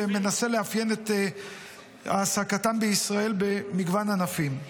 ואני מנסה לאפיין את העסקתם בישראל במגוון ענפים.